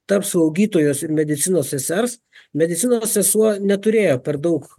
tarp slaugytojos ir medicinos sesers medicinos sesuo neturėjo per daug